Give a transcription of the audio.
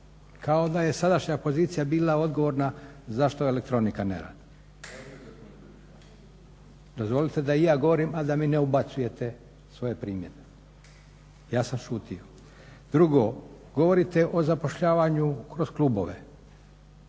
Kao da je sadašnja pozicija bila odgovorna zašto elektronika ne radi. … /Upadica se ne razumije./… Dozvolite da i ja govorim, a da mi ne ubacujete svoje primjedbe. Ja sam šutio. Drugo, govorite o zapošljavanju kroz klubove.